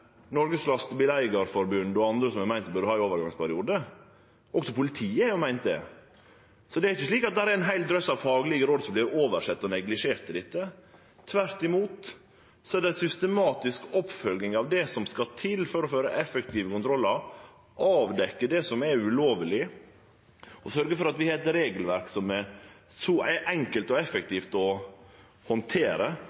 også politiet har meint det. Det er ikkje slik at det er ein hel drøss av faglege råd som vert oversette og neglisjerte her, tvert imot er det ei systematisk oppfølging av det som skal til for å føre effektive kontrollar, avdekkje det som er ulovleg, og sørge for at vi har eit regelverk som er så enkelt og